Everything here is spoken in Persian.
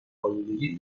آلودگی